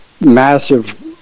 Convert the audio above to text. massive